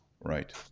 Right